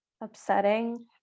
upsetting